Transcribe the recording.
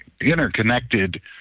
interconnected